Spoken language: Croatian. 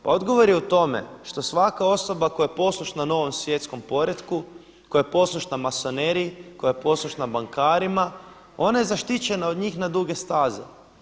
Pa odgovor je u tome što svaka osoba koja je poslušna novom svjetskom poretku, koja je poslušna masoneriji, koja je poslušna bankarima, ona je zaštićena od njih na duge staze.